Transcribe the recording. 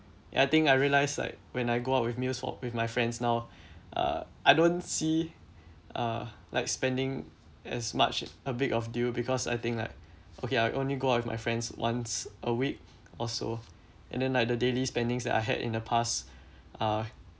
I think I realise like when I go out with meals for with my friends now uh I don't see uh like spending as much a big of deal because I think like okay I only go out with my friends once a week or so and then like the daily spendings that I had in the past uh